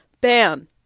bam